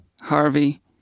Harvey